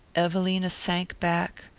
evelina sank back,